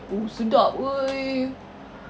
oo sedap !oi!